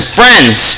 friends